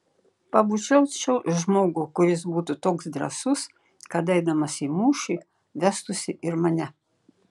pabučiuočiau žmogų kuris būtų toks drąsus kad eidamas į mūšį vestųsi ir mane